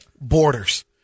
Borders